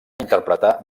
interpretà